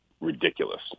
ridiculous